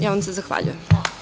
Ja vam se zahvaljujem.